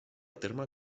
terme